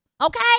okay